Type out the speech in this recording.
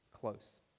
close